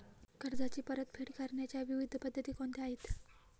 कर्जाची परतफेड करण्याच्या विविध पद्धती कोणत्या आहेत?